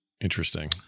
Interesting